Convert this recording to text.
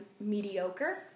mediocre